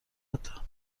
حتا